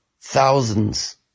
thousands